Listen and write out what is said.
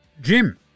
Jim